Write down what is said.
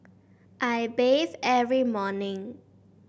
I bathe every morning